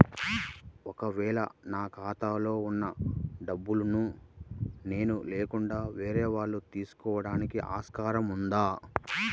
ఒక వేళ నా ఖాతాలో వున్న డబ్బులను నేను లేకుండా వేరే వాళ్ళు తీసుకోవడానికి ఆస్కారం ఉందా?